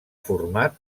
format